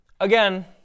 again